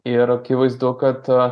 ir akivaizdu kad